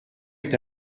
est